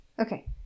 Okay